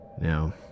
Now